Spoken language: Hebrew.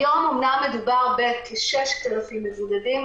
אמנם היום מדובר בכ-6,000 מבודדים,